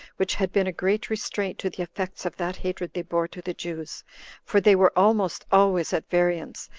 which had been a great restraint to the effects of that hatred they bore to the jews for they were almost always at variance,